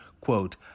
Quote